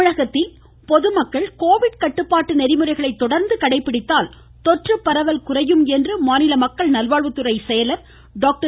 தமிழகத்தில் பொதுமக்கள் கோவிட் கட்டுப்பாட்டு நெறிமுறைகளை தொடர்ந்து கடைபிடித்தால் தொற்று பரவல் குறையும் என்று மாநில மக்கள் நல்வாழ்வுத்துறை செயலர் டாக்டர்